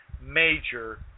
major